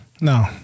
No